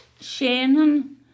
Shannon